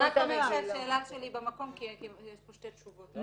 רק אומר שהשאלה שלי במקום כי יש פה שתי תשובות.